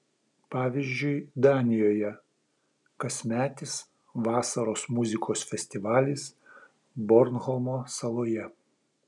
pavyzdžiui danijoje kasmetis vasaros muzikos festivalis bornholmo saloje